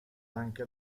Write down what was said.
anche